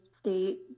state